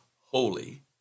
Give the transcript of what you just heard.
holy